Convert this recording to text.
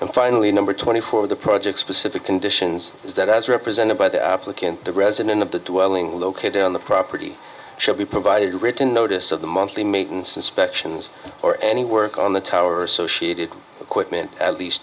and finally number twenty four the project specific conditions is that as represented by the applicant the resident of the dwelling located on the property should be provided written notice of the monthly maintenance inspections or any work on the tower associated equipment at least